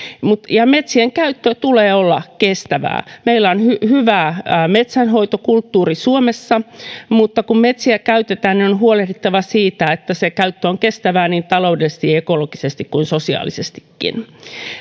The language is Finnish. metsien käytön tulee olla kestävää meillä on hyvä metsänhoitokulttuuri suomessa mutta kun metsiä käytetään on huolehdittava siitä että se käyttö on kestävää niin taloudellisesti ekologisesti kuin sosiaalisestikin